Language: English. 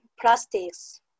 plastics